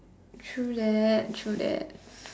true that true that